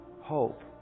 hope